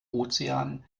ozean